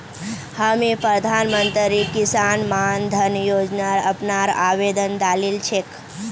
हामी प्रधानमंत्री किसान मान धन योजना अपनार आवेदन डालील छेक